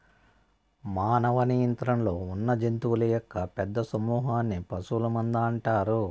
మానవ నియంత్రణలో ఉన్నజంతువుల యొక్క పెద్ద సమూహన్ని పశువుల మంద అంటారు